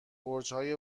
برجهای